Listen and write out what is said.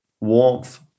warmth